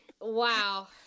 wow